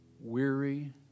weary